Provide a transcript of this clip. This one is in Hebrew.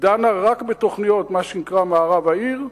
דנה רק בתוכניות במה שנקרא מערב העיר,